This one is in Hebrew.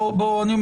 שוב